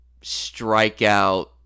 strikeout